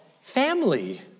family